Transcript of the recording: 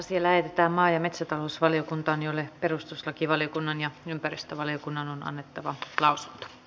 asia lähetettiin maa ja metsätalousvaliokuntaan jolle perustuslakivaliokunnan ja ympäristövaliokunnan on annettava gaut